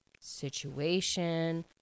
situation